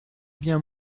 bien